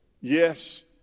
Yes